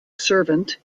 servant